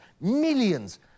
millions